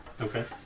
Okay